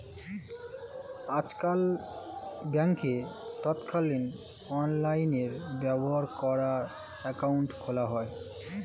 আজকাল ব্যাংকে তৎক্ষণাৎ অনলাইনে ব্যবহার করার অ্যাকাউন্ট খোলা যায়